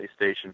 playstation